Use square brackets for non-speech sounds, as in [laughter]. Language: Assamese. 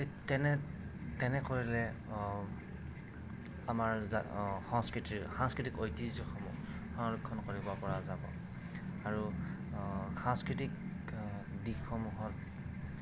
তেনে তেনে কৰিলে আমাৰ [unintelligible] সংস্কৃতিৰ সাংস্কৃতিক ঐতিহ্যসমূহ সংৰক্ষণ কৰিব পৰা যাব আৰু সাংস্কৃতিক দিশসমূহত